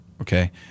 okay